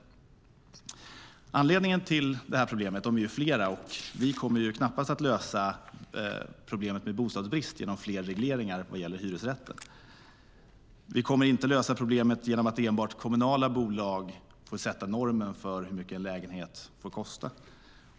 Orsakerna till detta problem är flera, och vi kommer knappast att lösa det genom fler regleringar för hyresrätter eller genom att enbart kommunala bolag får sätta normen för hur mycket en lägenhet får kosta.